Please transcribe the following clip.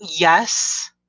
yes